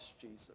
Jesus